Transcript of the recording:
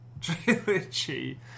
trilogy